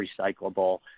recyclable